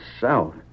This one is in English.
south